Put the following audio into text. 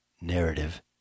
narrative